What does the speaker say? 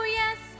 yes